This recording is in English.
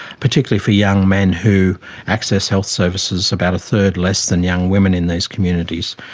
particularly for young men who access health services about a third less than young women in these communities.